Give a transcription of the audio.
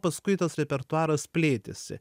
paskui tas repertuaras plėtėsi